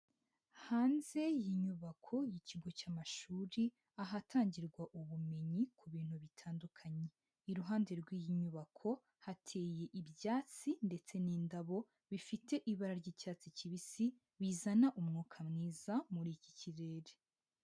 Hanze y'inyubako y'ikigo cy'amashuri, ahatangirwa ubumenyi ku bintu bitandukanye. Iruhande rw'iyi nyubako, hateye ibyatsi ndetse n'indabo, bifite ibara ry'icyatsi kibisi, bizana umwuka mwiza muri iki kirere.